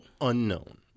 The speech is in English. unknown